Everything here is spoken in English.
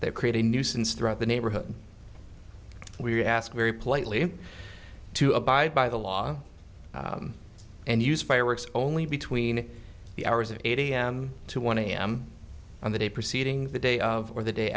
they create a nuisance throughout the neighborhood we ask very politely to abide by the law and use fireworks only between the hours of eight a m to one a m on the day preceding the day of or the day